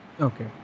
Okay